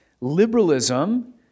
Liberalism